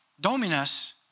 Dominus